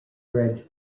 red